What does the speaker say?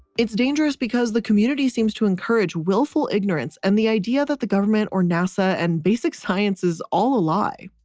it's dangerous because the community seems to encourage willful ignorance and the idea that the government or nasa and basic science is all a lie.